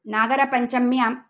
नागरपञ्चम्याम्